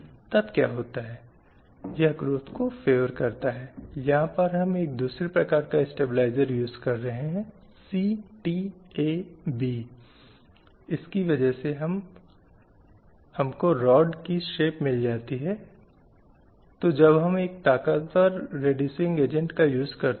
तो वह शुरुआती बिंदु था जहां हमारे पास आरंभिक वैदिक काल के कुछ साहित्य हैं जो समाज में पुरुषों और महिलाओं की समान स्थिति की ओर संकेत करते हैं